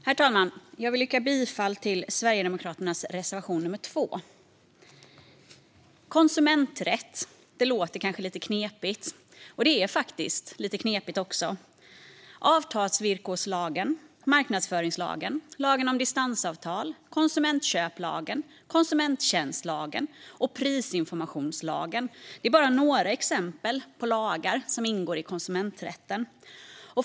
Herr talman! Jag vill yrka bifall till Sverigedemokraternas reservation nr 2. Konsumenträtt låter kanske lite knepigt, och det är faktiskt lite knepigt också. Avtalsvillkorslagen, marknadsföringslagen, lagen om distansavtal, konsumentköplagen, konsumenttjänstlagen och prisinformationslagen är några exempel på lagar som ingår i konsumenträtten.